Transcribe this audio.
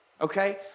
Okay